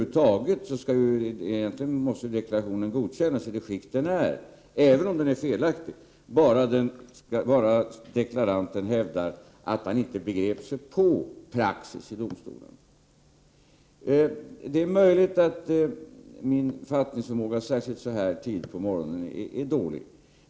Deklarationen skulle då, även om den är felaktig, egentligen godkännas i det skick den är, om deklaranten hävdar att han inte begrep sig på praxis i domstolen. Det är möjligt att min fattningsförmåga, särskilt så här tidigt på morgonen, är dålig.